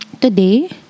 today